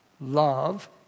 love